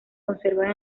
conservan